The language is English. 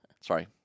Sorry